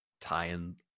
tying